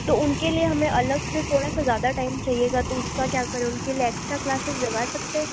तो उन के लिए हमें अलग से थोड़ा सा ज़्यादा टाइम चाहिए होगा तो उस का क्या करें उन के लिए एक्स्ट्रा क्लासेस लगा सकते हैं